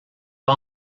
pas